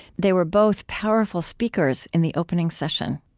they were both powerful speakers in the opening session